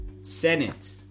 Senate